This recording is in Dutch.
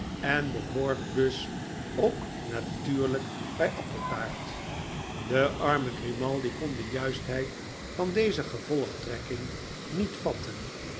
en behoort dus ook natuurlijk bij appeltaart de arme grimaldi kon de juistheid van deze gevolgtrekking niet fvatten